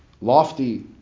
lofty